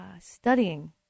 studying